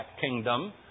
kingdom